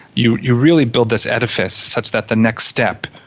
you you really build this edifice such that the next step,